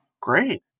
Great